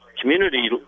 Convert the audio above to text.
community